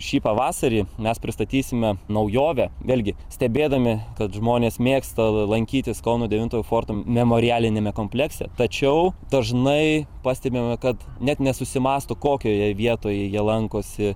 šį pavasarį mes pristatysime naujovę vėlgi stebėdami kad žmonės mėgsta lankytis kauno devintojo forto memorialiniame komplekse tačiau dažnai pastebime kad net nesusimąsto kokioje vietoje jie lankosi